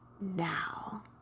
now